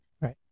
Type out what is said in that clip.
Right